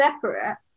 separate